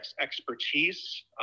expertise